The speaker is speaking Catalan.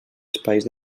espais